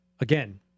again